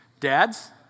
Dads